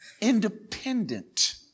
independent